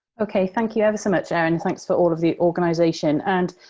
okay, thank you ever so much, erin. thanks for all of the organization. and,